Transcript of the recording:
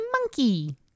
monkey